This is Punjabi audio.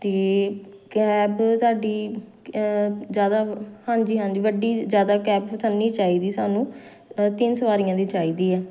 ਅਤੇ ਕੈਬ ਸਾਡੀ ਜ਼ਿਆਦਾ ਹਾਂਜੀ ਹਾਂਜੀ ਵੱਡੀ ਜ਼ਿਆਦਾ ਕੈਬ ਸਾਨੂੰ ਨਹੀਂ ਚਾਹੀਦੀ ਸਾਨੂੰ ਤਿੰਨ ਸਵਾਰੀਆਂ ਦੀ ਚਾਹੀਦੀ ਆ